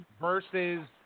versus